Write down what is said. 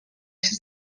się